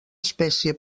espècie